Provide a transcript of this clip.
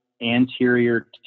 anterior